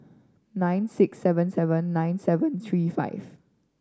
nine six seven seven nine seven three five